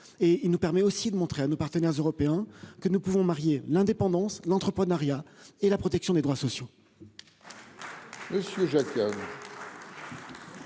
nous permet de montrer à nos partenaires européens que nous pouvons concilier l'indépendance, l'entrepreneuriat et la protection des droits sociaux.